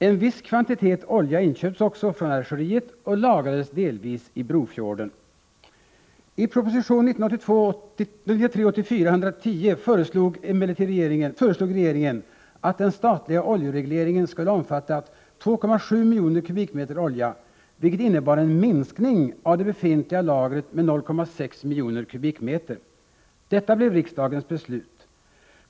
En viss kvantitet olja inköptes också från Algeriet och lagrades delvis i Brofjorden. I proposition 1983/84:110 föreslog regeringen att den statliga oljeregleringen skulle omfatta 2,7 miljoner m? olja, vilket innebar en minskning av det befintliga lagret med 0,6 miljoner m?. Detta blev riksdagens beslut.